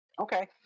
Okay